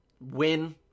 win